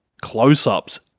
close-ups